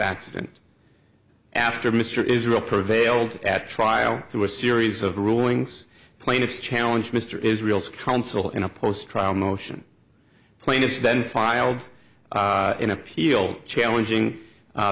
accident after mr israel prevailed at trial through a series of rulings plaintiffs challenge mr israel's counsel in a post trial motion plaintiffs then filed an appeal challenging